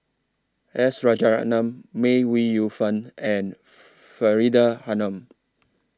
S Rajaratnam May Ooi Yu Fen and Faridah Hanum